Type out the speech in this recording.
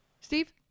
Steve